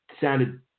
sounded